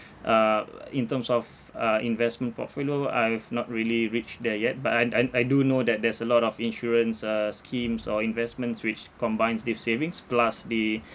uh in terms of uh investment portfolio I've not really reached there yet but I I I do know that there's a lot of insurance uh schemes or investments which combines these savings plus the